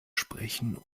sprechen